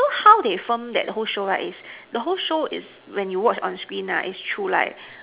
so how they film that show right is the whole show is when you watch on screen is through like